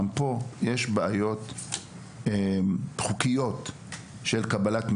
גם כאן, יש כל מיני בעיות חוקיות של קבלת מידע,